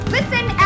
Listen